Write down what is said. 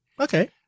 Okay